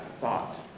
thought